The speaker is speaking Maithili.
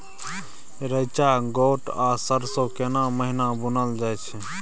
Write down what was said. रेचा, गोट आ सरसो केना महिना बुनल जाय छै?